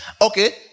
Okay